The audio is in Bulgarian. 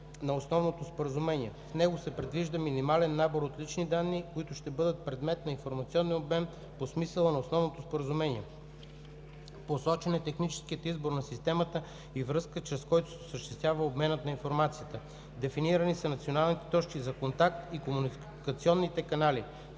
на Основното споразумение. В него се предвижда минимален набор от лични данни, които ще бъдат предмет на информационния обмен по смисъла на Основното споразумение. Посочен е техническият избор на системата и връзка, чрез които се осъществява обменът на информация. Дефинирани са националните точки за контакт и комуникационните канали.